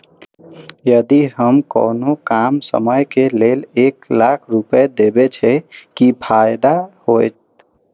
यदि हम कोनो कम समय के लेल एक लाख रुपए देब छै कि फायदा होयत?